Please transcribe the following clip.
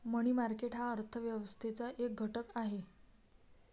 मनी market हा अर्थ व्यवस्थेचा एक घटक आहे